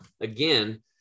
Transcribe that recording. again